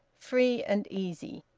free and easy.